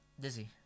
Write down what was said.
dizzy